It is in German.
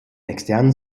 externen